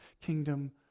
kingdom